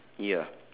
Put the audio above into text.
ya